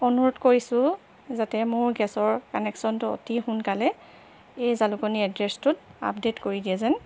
অনুৰোধ কৰিছোঁ যাতে মোৰ গেছৰ কানেকশ্যনটো অতি সোনকালে এই জালুকনী এড্ৰেছটোত আপডেট কৰি দিয়ে যেন